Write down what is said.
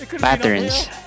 patterns